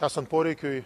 esant poreikiui